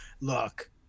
look